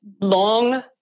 long